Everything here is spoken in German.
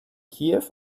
kiew